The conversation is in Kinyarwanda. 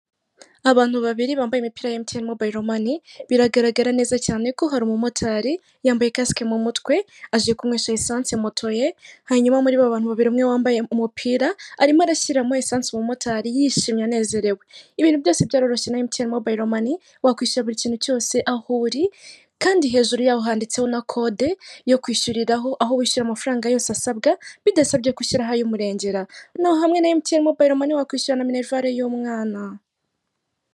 Abantu babiri bambaye imipira ya mtn mobile mone, biragaragara neza cyane ko hari umumotari yambaye kasike mu mutwe, aje kunywesha esanse moto ye, hanyuma muri bo abantu babiri umwe wambaye umupira arimo arashyiramo esanse umumotari yishimye anezerewe ibintu byose byoroshye wakwishyura buri kintu cyose ahuri kandi hejuru yaho handitseho na kode yo kwishyuriraho aho gushyira amafaranga yose asanga bidasabye gushyiraho umurengera noneho hamwe na mtn mobile mone wakwishyura minerivale y'umwana.